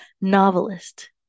novelist